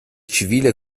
civile